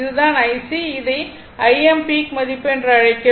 இது தான் IC இதை Im பீக் மதிப்பு என்று அழைக்கிறோம்